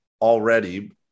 already